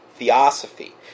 Theosophy